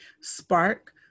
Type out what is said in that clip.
spark